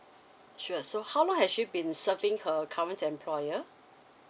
sure so how long has she been serving her current employer